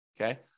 okay